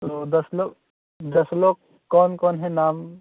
तो दस लोग दस लोग कौन कौन है नाम